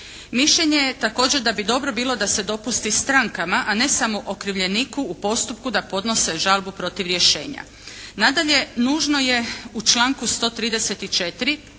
Mišljenje je također da bi dobro bilo da se dopusti strankama a ne samo okrivljeniku u postupku da podnose žalbu protiv rješenja. Nadalje, nužno je u članku 134.